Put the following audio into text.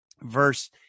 verse